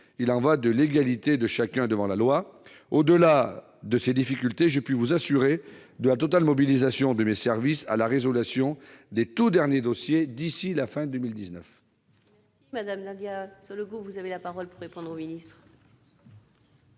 il y va de l'égalité de chacun devant la loi. Au-delà de ces difficultés, je puis vous assurer de la totale mobilisation de mes services pour la résolution des tout derniers dossiers d'ici à la fin de